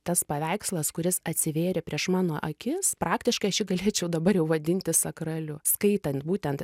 tas paveikslas kuris atsivėrė prieš mano akis praktiškai aš jį galėčiau dabar jau vadinti sakraliu skaitant būtent